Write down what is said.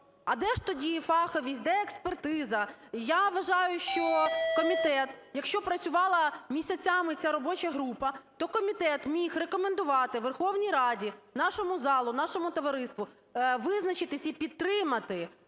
А де ж тоді фаховість? Де експертиза? Я вважаю, що комітет, якщо працювала місяцями ця робоча група, то комітет міг рекомендувати Верховній Раді, нашому залу, нашому товариству визначитись і підтримати